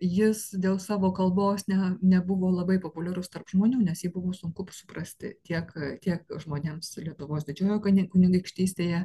jis dėl savo kalbos ne nebuvo labai populiarus tarp žmonių nes jį buvo sunku suprasti tiek kiek žmonėms lietuvos didžiojo kuni kunigaikštystėje